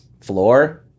floor